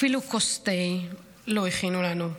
אפילו כוס תה לא הכינו לנו.